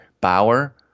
Bauer